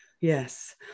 yes